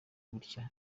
gutya